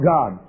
God